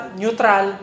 neutral